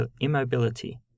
immobility